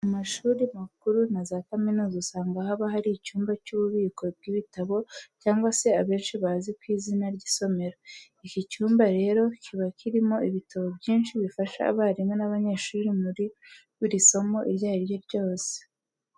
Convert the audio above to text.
Mu mashuri makuru na za kaminuza usanga haba hari icyumba cy'ububiko bw'ibitabo cyangwa se abenshi bazi ku izina ry'isomero. Iki cyumba rero kiba kirimo ibitabo byinshi bifasha abarimu n'abanyeshuri muri buri somo iryo ari ryo ryose.